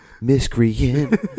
miscreant